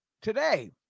today